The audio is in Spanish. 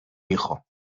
hijo